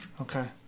Okay